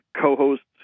co-hosts